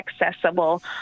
accessible